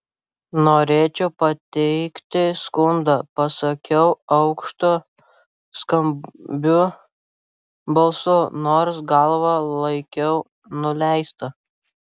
norėčiau pateikti skundą pasakiau aukštu skambiu balsu nors galvą laikiau nuleistą